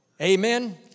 Amen